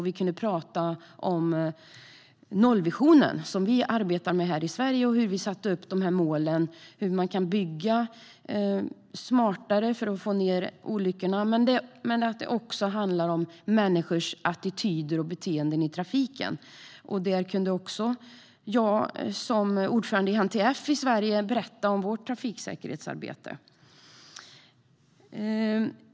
Vi pratade om nollvisionen, som vi arbetar med här i Sverige, om hur vi satte upp de här målen, hur man kan bygga smartare för att få ned olyckorna och att det också handlar om människors attityder och beteende i trafiken. Jag kunde även som ordförande i NTF i Sverige berätta om vårt trafiksäkerhetsarbete.